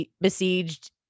besieged